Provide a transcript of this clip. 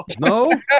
no